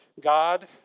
God